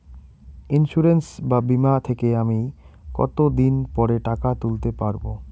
Insurance বা বিমা থেকে আমি কত দিন পরে টাকা তুলতে পারব?